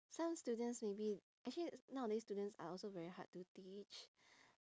some students maybe actually nowadays students are also very hard to teach